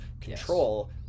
control